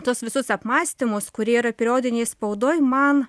tuos visus apmąstymus kurie yra periodinėj spaudoj man